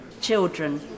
children